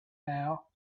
now